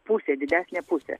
pusė didesnė pusė